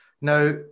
Now